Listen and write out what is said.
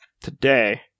today